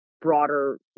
broader